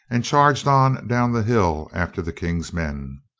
and charged on down the hill after the king's men.